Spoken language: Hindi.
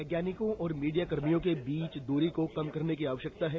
वैज्ञानिकों और मीडिया कर्मियों के बीच दूरी को कम करने की आवश्यकता है